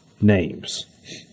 names